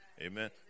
Amen